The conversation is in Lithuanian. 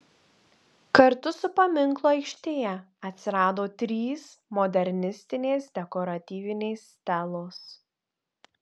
kartu su paminklu aikštėje atsirado trys modernistinės dekoratyvinės stelos